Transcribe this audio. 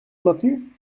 maintenu